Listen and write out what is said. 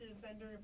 defender